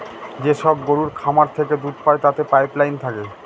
যেসব গরুর খামার থেকে দুধ পায় তাতে পাইপ লাইন থাকে